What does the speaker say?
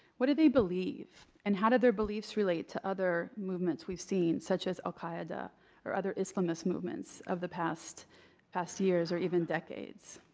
what do they believe? and how do their beliefs relate to other movements we've seen, such as al qaeda or other islamist movements of the past past years, or even decades?